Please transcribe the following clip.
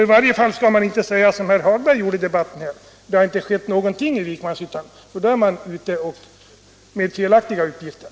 I varje fall skall man inte säga som herr Hagberg gjorde i debatten, att det inte har skett någonting i Vikmanshyttan. Då är man ute med felaktiga uppgifter.